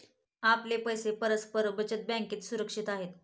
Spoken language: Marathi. आपले पैसे परस्पर बचत बँकेत सुरक्षित आहेत